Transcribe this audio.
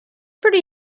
pretty